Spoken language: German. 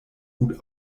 gut